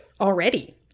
Already